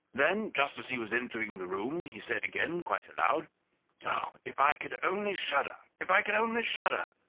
then, just as he was entering the room, he said again, quite aloud oh! if i could only shudder! if i could only shudder!